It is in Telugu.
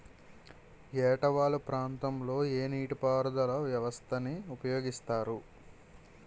ఏట వాలు ప్రాంతం లొ ఏ నీటిపారుదల వ్యవస్థ ని ఉపయోగిస్తారు?